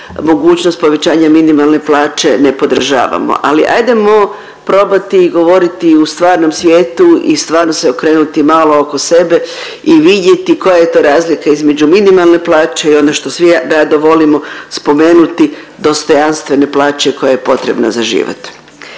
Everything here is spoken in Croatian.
mogućnost povećanja minimalne plaće ne podržavamo, ali ajdemo probati govoriti u stvarnom svijetu i stvarno se okrenuti malo oko sebe i vidjeti koja je to razlika između minimalne plaće i ono što svi rado volimo spomenuti dostojanstvene plaće koja je potrebna za život.